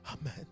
Amen